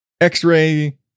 X-ray